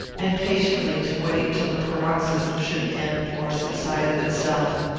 and patiently to wait till the paroxysm should end or subside of itself.